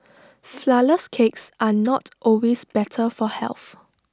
Flourless Cakes are not always better for health